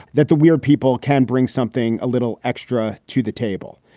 that the weird people can bring something a little extra to the table?